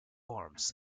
arms